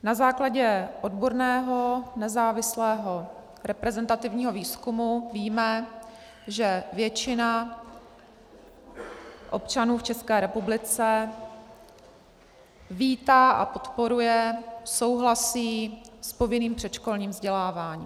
Na základě odborného nezávislého reprezentativního výzkumu víme, že většina občanů v České republice vítá a podporuje, souhlasí s povinným předškolním vzděláváním.